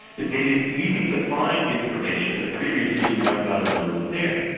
it made it easy to find information that previously you might not have known was there.